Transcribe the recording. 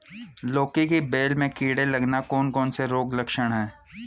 लौकी की बेल में कीड़े लगना कौन से रोग के लक्षण हैं?